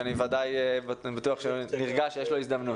שאני בטוח שהוא נרגש שיש לו הזדמנות.